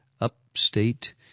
upstate